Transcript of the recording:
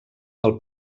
del